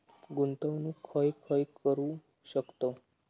गुंतवणूक खय खय करू शकतव?